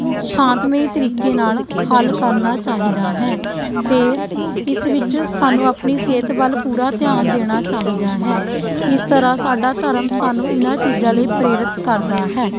ਸ ਸ਼ਾਂਤਮਈ ਤਰੀਕੇ ਨਾਲ਼ ਹੱਲ ਕਰਨਾ ਚਾਹੀਦਾ ਹੈ ਅਤੇ ਇਸ ਵਿੱਚ ਸਾਨੂੰ ਆਪਣੀ ਸਿਹਤ ਵੱਲ ਪੂਰਾ ਧਿਆਨ ਦੇਣਾ ਚਾਹੀਦਾ ਹੈ ਇਸ ਤਰ੍ਹਾਂ ਸਾਡਾ ਧਰਮ ਸਾਨੂੰ ਇਹਨਾਂ ਚੀਜ਼ਾਂ ਲਈ ਪ੍ਰੇਰਿਤ ਕਰਦਾ ਹੈ